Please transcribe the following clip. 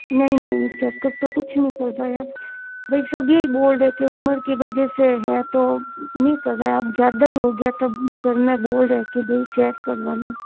नहीं नहीं चेकअप तो कुछ नहीं करवाया बस सब यही बोल रहे थे उम्र की वजह से है तो नहीं करवाया अब ज़्यादा ही हो गया था तब घर में बोल रहे भई चेक करवा लो